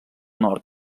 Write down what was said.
nord